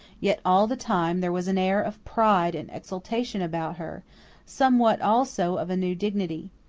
yet all the time there was an air of pride and exultation about her somewhat, also, of a new dignity.